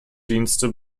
dienste